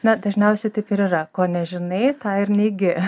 na dažniausiai taip ir yra ko nežinai tą ir neigi